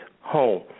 home